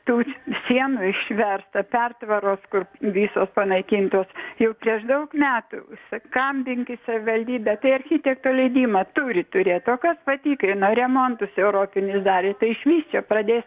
tų sienų išversta pertvaros kur visos panaikintos jau prieš daug metų sekambinki savivaldybė tai architekto leidimą turi turėt o kas patikrina remontus europinius darė tai išvis čia pradės